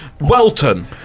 Welton